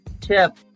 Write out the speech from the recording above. tip